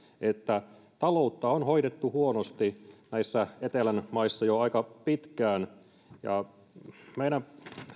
että taloutta on hoidettu huonosti näissä etelän maissa jo aika pitkään meidän